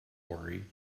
worry